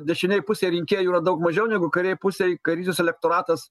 dešinėj pusėj rinkėjų yra daug mažiau negu kairėj pusėj kairysis elektoratas